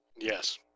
Yes